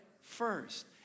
first